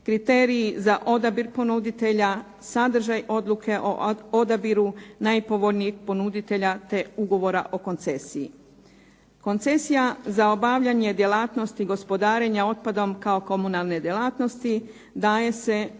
kriteriji za odabir ponuditelja, sadržaj odluke o odabiru najpovoljnijeg ponuditelja te ugovora o koncesiji. Koncesija za obavljanje djelatnosti gospodarenja otpadom kao komunalne djelatnosti daje se